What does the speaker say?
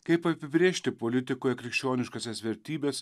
kaip apibrėžti politikoje krikščioniškąsias vertybes